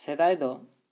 ᱥᱮᱫᱟᱭ ᱫᱚ